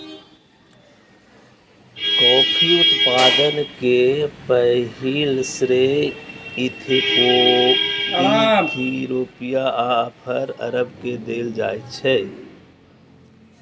coffee उत्पादन के पहिल श्रेय इथियोपिया आ फेर अरब के देल जाइ छै